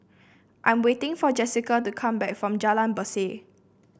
I'm waiting for Jesica to come back from Jalan Berseh